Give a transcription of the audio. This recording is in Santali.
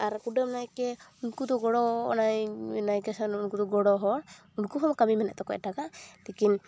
ᱟᱨ ᱠᱩᱰᱟᱹᱢ ᱱᱟᱭᱠᱮ ᱩᱱᱠᱩᱫᱚ ᱜᱚᱲᱚ ᱚᱱᱟ ᱱᱟᱭᱠᱮ ᱥᱟᱶ ᱩᱱᱠᱩᱫᱚ ᱜᱚᱲᱚ ᱦᱚᱲ ᱩᱠᱩᱦᱚᱸ ᱠᱟᱹᱢᱤ ᱢᱮᱱᱟᱜ ᱛᱟᱠᱚᱣᱟ ᱮᱴᱟᱜᱼᱟᱜ ᱛᱤᱠᱤᱱ